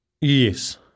Yes